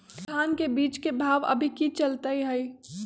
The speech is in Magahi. धान के बीज के भाव अभी की चलतई हई?